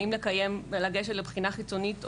האם לגשת לבחינה חיצונית,